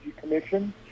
Commission